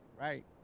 right